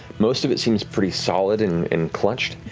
most of it seems pretty solid and and clutched.